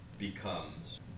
Becomes